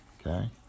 okay